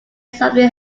something